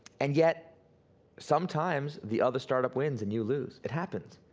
and yet sometimes the other startup wins and you lose. it happens.